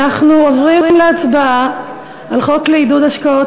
אנחנו עוברים להצבעה על הצעת חוק לעידוד השקעות